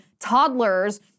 toddlers